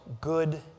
good